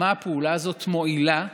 מה הפעולה הזאת מועילה,